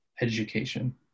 education